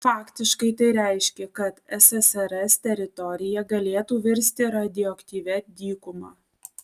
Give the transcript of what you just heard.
faktiškai tai reiškė kad ssrs teritorija galėtų virsti radioaktyvia dykuma